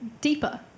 deeper